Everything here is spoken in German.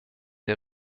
der